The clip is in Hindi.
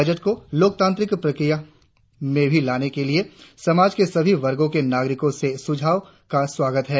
बजट की लोकतांत्रिक प्रक्रिया में भी लेने के लिए समाज के सभी वर्गों के नागरिकों के सुझावों का स्वागत है